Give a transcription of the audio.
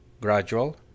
gradual